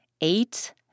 eight